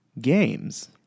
Games